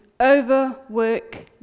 overwork